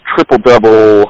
triple-double